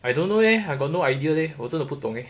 I don't know leh I got no idea leh 我真的不懂 leh